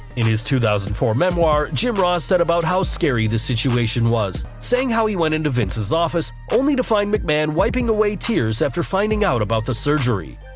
in his two thousand and four memoir, jim ross said about how scary the situation was, saying how he went into vince's office, only to find mcmahon wiping away tears after finding out about the surgery.